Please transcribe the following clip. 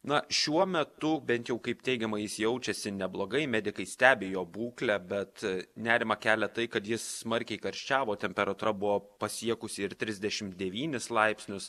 na šiuo metu bent jau kaip teigiama jis jaučiasi neblogai medikai stebi jo būklę bet nerimą kelia tai kad jis smarkiai karščiavo temperatūra buvo pasiekusi ir trisdešimt devynis laipsnius